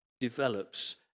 develops